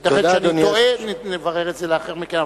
שאני טועה אבל נברר את זה לאחר מכן,